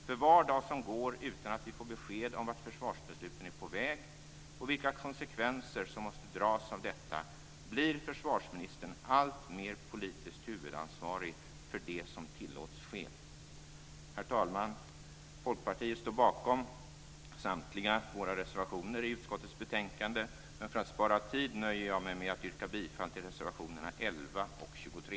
För var dag som går utan att vi får besked om vart försvarsbesluten är på väg, och vilka konsekvenser som måste dras av detta, blir försvarsministern alltmer politiskt huvudansvarig för det som tillåts ske. Herr talman! Folkpartiet står bakom samtliga våra reservationer i utskottets betänkande men för att spara tid nöjer jag mig med att yrka bifall till reservationerna 11 och 23.